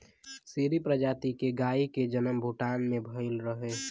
सीरी प्रजाति के गाई के जनम भूटान में भइल रहे